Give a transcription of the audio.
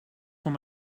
voor